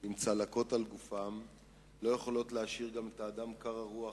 עם צלקות על גופם לא יכולות להשאיר אדם קר רוח,